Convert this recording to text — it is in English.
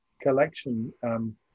collection